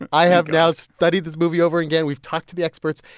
and i have now studied this movie over again. we've talked to the experts,